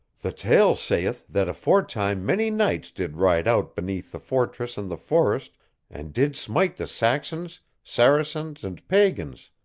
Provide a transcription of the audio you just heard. the tale saith that aforetime many knights did ride out beneath the fortress and the forest and did smite the saxons, saracens, and pagans,